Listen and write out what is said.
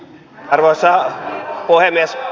arvoisa puhemies